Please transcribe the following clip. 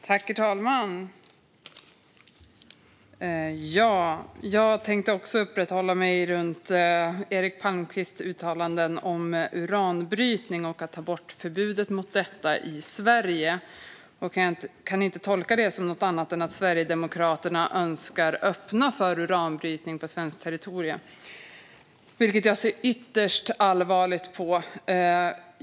Herr talman! Jag tänkte också uppehålla mig vid Eric Palmqvists uttalande om att ta bort förbudet mot uranbrytning i Sverige. Jag kan inte tolka detta som något annat än att Sverigedemokraterna önskar öppna för uranbrytning på svenskt territorium, vilket jag ser ytterst allvarligt på.